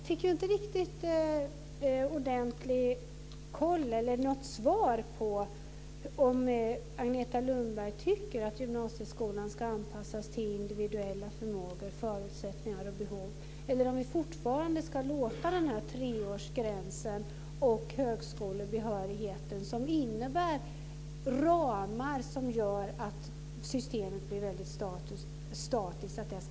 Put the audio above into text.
Fru talman! Jag fick inget ordentligt svar på om Agneta Lundberg tycker att gymnasieskolan ska anpassas till individuella förmågor, förutsättningar och behov eller om vi fortfarande ska låta den här treårsgränsen och högskolebehörigheten styra. Det innebär ramar som gör att systemet blir väldigt statiskt.